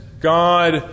God